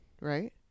Right